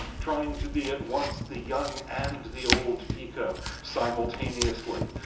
trying to be at once the young and the old pico simultaneously,